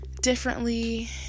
differently